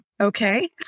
okay